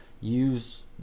use